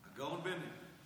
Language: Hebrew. הגאון בנט.